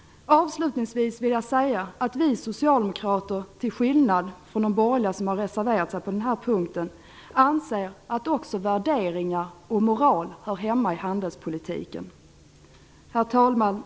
Avslutningsvis vill jag säga att vi socialdemokrater, till skillnad från de borgerliga, som har reserverat sig på den här punkten, anser att också värderingar och moral hör hemma i handelspolitiken. Herr talman!